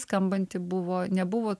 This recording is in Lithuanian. skambanti buvo nebuvo